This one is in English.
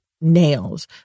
nails